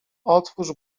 otwórz